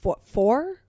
four